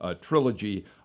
trilogy